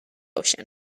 ocean